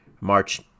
March